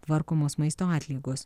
tvarkomos maisto atliekos